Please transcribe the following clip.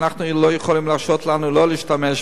לא יכולים להרשות לנו שלא להשתמש בה.